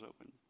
open